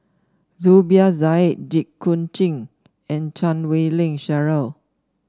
Zubir Said Jit Koon Ch'ng and Chan Wei Ling Cheryl